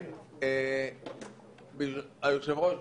היושב-ראש,